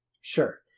Sure